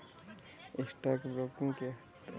Stock broking क्या है?